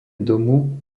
domu